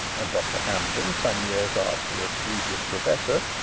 and dr hampden some years afterwards regius professor,